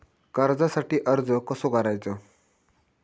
कर्जासाठी अर्ज कसो करायचो?